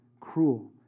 cruel